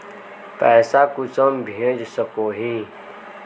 पैसा कुंसम भेज सकोही?